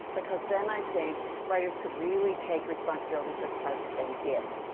because then, i think, writers could really take responsibility for the part that they did.